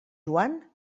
joan